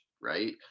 right